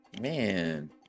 Man